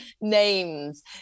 names